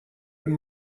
wenn